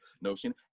notion